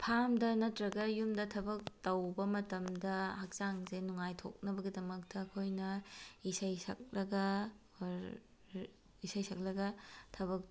ꯐꯥꯝꯗ ꯅꯠꯇ꯭ꯔꯒ ꯌꯨꯝꯗ ꯊꯕꯛ ꯇꯧꯕ ꯃꯇꯝꯗ ꯍꯛꯆꯥꯡꯁꯦ ꯅꯨꯡꯉꯥꯏꯊꯣꯛꯅꯕꯒꯤꯗꯃꯛꯇ ꯑꯩꯈꯣꯏꯅ ꯏꯁꯩ ꯁꯛꯂꯒ ꯑꯣꯔ ꯏꯁꯩ ꯁꯛꯂꯒ ꯊꯕꯛ